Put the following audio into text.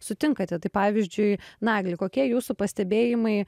sutinkate tai pavyzdžiui nagli kokie jūsų pastebėjimai